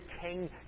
King